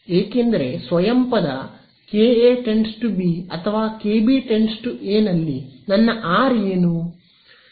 ಏಕೆಂದರೆ ಸ್ವಯಂ ಪದ ಕೆಎ → ಬಿ ಅಥವಾ ಕೆಬಿ → ಎ ನಲ್ಲಿ ನನ್ನ ಆರ್ ಏನು